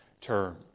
term